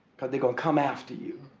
cause they're going to come after you.